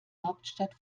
hauptstadt